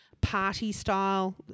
party-style